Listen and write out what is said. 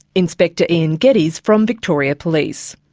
inspector ian geddes from victoria police.